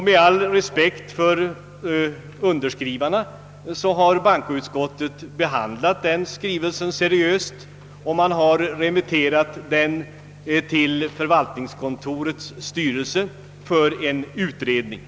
Med all respekt för underskrivarna har bankoutskottet behandlat skrivelsen seriöst och remitterat den till förvaltningskontorets styrelse för utredning.